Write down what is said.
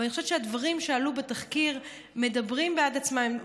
ואני חושבת שהדברים שעלו בתחקיר מדברים בעד עצמם.